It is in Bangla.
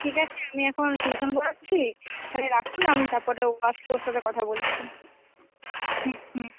ঠিক আছে আমি এখন টিউশন পড়াচ্ছি তাহলে রাখুন আমি তারপরে ও আসলে ওর সাথে কথা বলছি হুম হুম